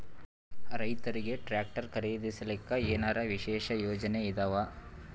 ರೈತರಿಗೆ ಟ್ರಾಕ್ಟರ್ ಖರೀದಿಸಲಿಕ್ಕ ಏನರ ವಿಶೇಷ ಯೋಜನೆ ಇದಾವ?